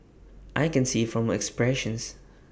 I can see from her expressions